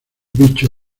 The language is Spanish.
bicho